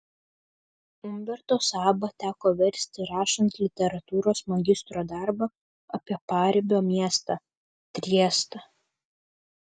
umberto sabą teko versti rašant literatūros magistro darbą apie paribio miestą triestą